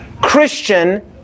Christian